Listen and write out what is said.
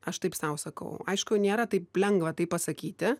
aš taip sau sakau aišku nėra taip lengva tai pasakyti